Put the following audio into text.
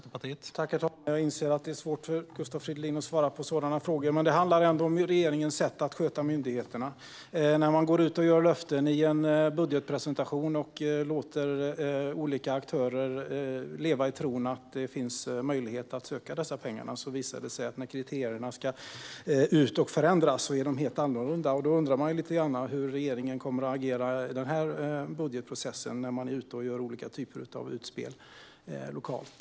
Herr talman! Jag inser att det är svårt för Gustav Fridolin att svara på sådana frågor, men det handlar ändå om regeringens sätt att sköta myndigheterna. Man går ut och ger löften i en budgetpresentation och låter olika aktörer leva i tron att det finns möjlighet att söka dessa pengar, och så visar det sig att när kriterierna förändras är de helt annorlunda. Då undrar man lite grann hur regeringen kommer att agera i den här budgetprocessen när man gör olika typer av utspel lokalt.